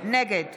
נגד